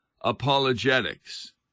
Apologetics